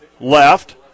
left